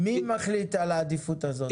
מי מחליט על העדיפות הזאת?